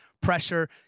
pressure